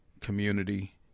community